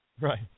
right